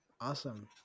awesome